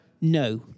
No